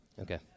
Okay